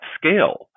scale